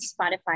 Spotify